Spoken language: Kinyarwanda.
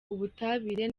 ubutabire